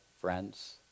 friends